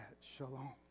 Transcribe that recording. shalom